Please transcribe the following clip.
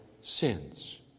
sins